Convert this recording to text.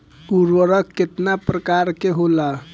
उर्वरक केतना प्रकार के होला?